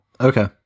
okay